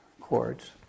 chords